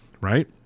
right